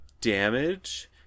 damage